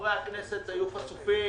חברי הכנסת היו חשופים